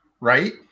right